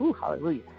Hallelujah